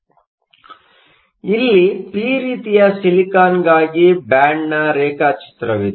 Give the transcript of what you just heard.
ಆದ್ದರಿಂದ ಇಲ್ಲಿ ಪಿ ರೀತಿಯ ಸಿಲಿಕಾನ್ಗಾಗಿ ಬ್ಯಾಂಡ್ನ ರೇಖಾಚಿತ್ರವಿದೆ